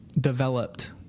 developed